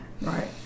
right